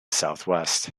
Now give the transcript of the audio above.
southwest